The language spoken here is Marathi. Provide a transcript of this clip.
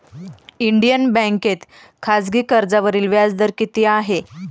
इंडियन बँकेत खाजगी कर्जावरील व्याजदर किती आहे?